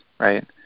right